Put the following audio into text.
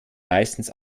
meistens